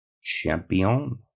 champion